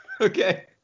okay